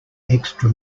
extra